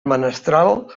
menestral